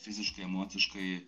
fiziškai emociškai